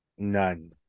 None